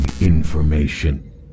information